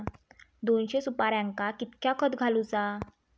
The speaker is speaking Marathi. दोनशे सुपार्यांका कितक्या खत घालूचा?